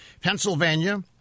Pennsylvania